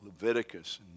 Leviticus